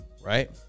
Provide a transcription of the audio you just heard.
right